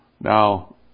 Now